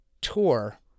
tour